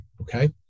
okay